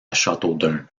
châteaudun